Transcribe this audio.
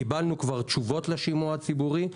קיבלנו כבר תשובות לשימוע הציבורי.